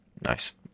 nice